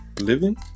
Living